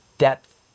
depth